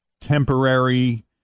temporary